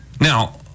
Now